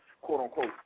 quote-unquote